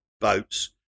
boats